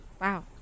Wow